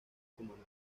cumaná